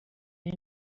ari